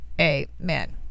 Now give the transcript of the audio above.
amen